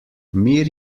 mir